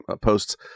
posts